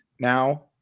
now